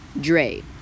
Dre